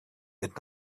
had